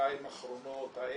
בשנתיים האחרונות ה-